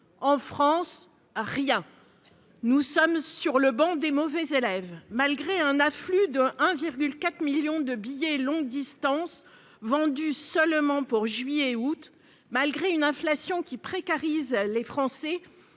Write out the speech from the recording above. En France, rien ! Nous sommes assis sur le banc des mauvais élèves. Malgré un afflux de 1,4 million de billets longue distance vendus seulement pour les mois de juillet et d'août, malgré une inflation qui rend la situation des Français